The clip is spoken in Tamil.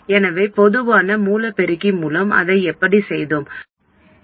எனவே பொதுவான மூல பெருக்கி மூலம் அதை எப்படி செய்தோம்